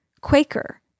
Quaker